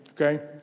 okay